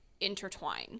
intertwine